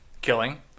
killing